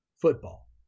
football